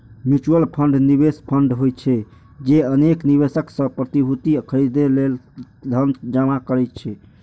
mutual fund निवेश fund होइ छै, जे अनेक निवेशक सं प्रतिभूति खरीदै लेल धन जमा करै छै